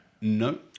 No